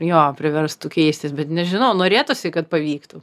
jo priverstų keistis bet nežinau norėtųsi kad pavyktų